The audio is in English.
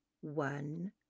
One